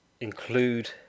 include